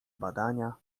badania